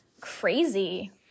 crazy